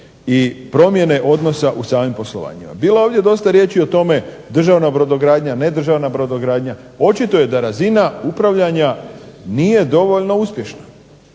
i promjene odnosa u samim poslovanjima. Bilo je ovdje dosta riječi o tome, državna brodogradnja, nedržavna brodogradnja, očito je da razina upravljanja nije dovoljno uspješna,